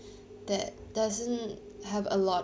that doesn't have a lot